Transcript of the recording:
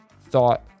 thought